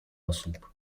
osób